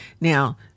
Now